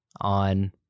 on